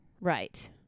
Right